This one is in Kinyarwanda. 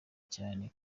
cyane